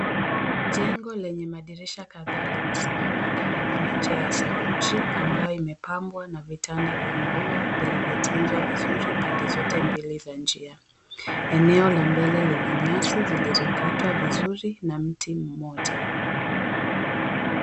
Jengo lenye madirisha kadhaa limesimama karibu na njia ya saruji, ambayo imepambwa na vitanda vya maua vilivyotunzwa vizuri pande zote mbili za njia. Eneo la mbele lina nyasi zilizokatwa vizuri na mti mmoja.